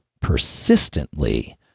persistently